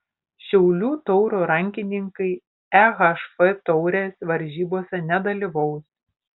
šiaulių tauro rankininkai ehf taurės varžybose nedalyvaus